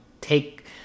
take